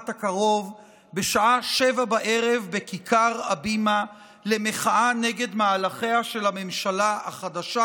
הקרוב בשעה 19:00 בכיכר הבימה למחאה נגד מהלכיה של הממשלה החדשה.